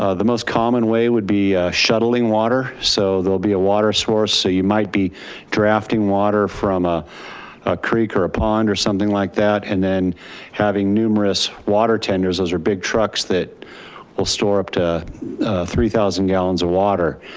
ah the most common way would be shuttling water. so there'll be a water source, so you might be drafting water from a creek or a pond or something like that. and then having numerous water tenders, those are big trucks that will store up to three thousand gallons of water.